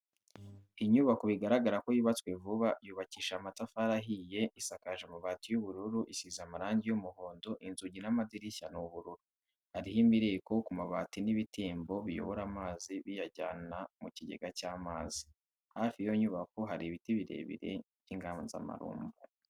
Inyubako bigaragara ko yubatswe vuba yubakishije amatafari ahiye, isakaje amabati y'ubururu, isize amarangi y'umuhondo, inzugi n'amadirishya ni ubururu, hariho imireko ku mabati n'ibitembo biyobora amazi biyajyana mu kigega cy'amazi, hafi y'iyo nyubako hari ibiti birebire by'inganzamarumbo.